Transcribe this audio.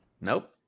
Nope